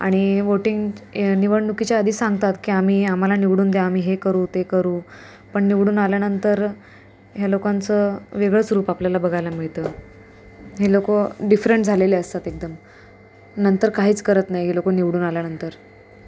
आणि वोटिंग ए निवडणुकीच्या आधी सांगतात की आम्ही आम्हाला निवडून द्या आम्ही हे करू ते करू पण निवडून आल्यानंतर ह्या लोकांचं वेगळंच रूप आपल्याला बघायला मिळतं ही लोक डिफरंट झालेले असतात एकदम नंतर काहीच करत नाही हे लोक निवडून आल्यानंतर